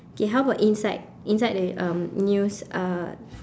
okay how about inside inside the um news uh